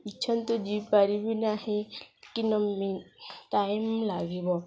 ଇଚ୍ଛନ୍ତୁ ଜିପାରିବି ନାହିଁ କି ନ ମି ଟାଇମ୍ ଲାଗିବ